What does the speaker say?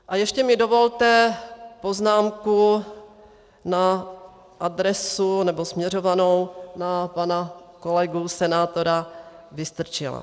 A ještě mi dovolte poznámku na adresu, nebo směřovanou na pana kolegu senátora Vystrčila.